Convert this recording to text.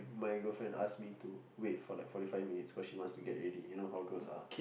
my girlfriend ask me to wait for like forty five minutes cause she wants to get ready you know how girls are